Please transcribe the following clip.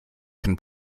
can